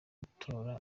gutora